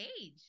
age